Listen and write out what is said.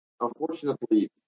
Unfortunately